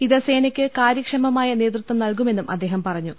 ഇത് സേനയ്ക്ക് കാര്യക്ഷമമായ നേതൃത്വം നൽകുമെന്നും അദ്ദേഹം പറഞ്ഞു